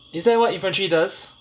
is that what infantry does